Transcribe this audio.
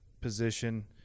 position